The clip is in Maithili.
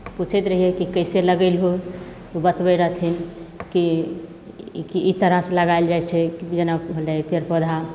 पुछैत रहिए कि कइसे लगेलहो ओ बतबै रहथिन कि ई तरहसे लगाएल जाइ छै जेना होलै पेड़ पौधा